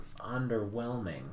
underwhelming